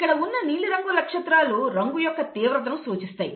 ఇక్కడ ఉన్న నీలిరంగు నక్షత్రాలు రంగు యొక్క తీవ్రతను సూచిస్తాయి